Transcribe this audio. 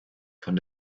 von